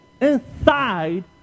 inside